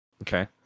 Okay